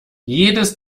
jedes